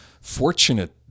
fortunate